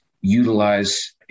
utilize